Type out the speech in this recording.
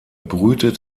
brütet